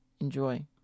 Enjoy